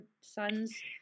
son's